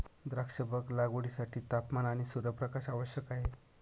द्राक्षबाग लागवडीसाठी तापमान आणि सूर्यप्रकाश आवश्यक आहे